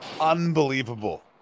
unbelievable